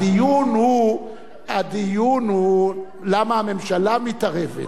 הדיון הוא למה הממשלה מתערבת,